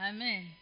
Amen